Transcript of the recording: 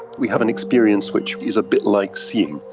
we have an experience which is a bit like seeing.